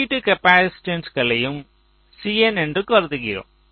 வெளியீட்டு காப்பாசிட்டன்ஸ்யும் Cin என்று கருதுகிறோம்